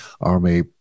army